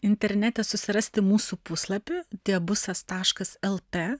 internete susirasti mūsų puslapyje diabusas taškas lt